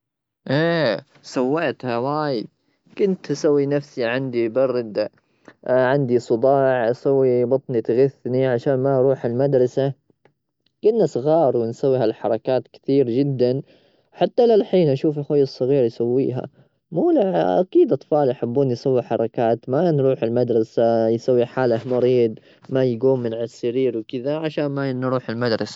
إيه سويتها وايد، كنت أسوي نفسي عندي برد، عندي صداع، أسوي بطني تغثني عشان ما أروح المدرسة. كنا صغار ونسوي هالحركات كثير جدا. حتى للحين، أشوف أخوي الصغير يسويها. مو أكيد، الأطفال يحبون يسوا حركات عشان ما يروحون المدرسة. يسوي حاله مريض، ما يجوم من على السرير وكذا عشان ما نروح المدرسة.